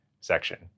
section